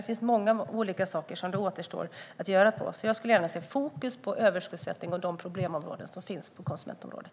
Det finns många olika saker som det återstår att göra. Jag skulle gärna se fokus på överskuldsättning och fokus på de problemområden som finns på konsumentområdet.